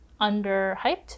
underhyped